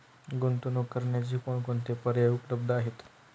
गुंतवणूक करण्याचे कोणकोणते पर्याय उपलब्ध आहेत?